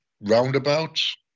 roundabouts